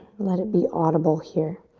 let it be audible here.